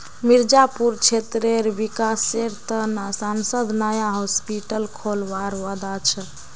मिर्जापुर क्षेत्रेर विकासेर त न सांसद नया हॉस्पिटल खोलवार वादा छ